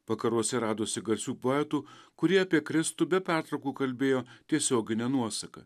vakaruose radosi garsių poetų kurie apie kristų be pertraukų kalbėjo tiesiogine nuosaka